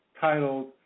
titled